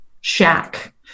shack